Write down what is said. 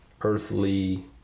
earthly